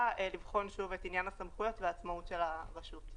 לבחון שוב את עניין הסמכויות ועצמאות הרשות.